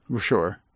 sure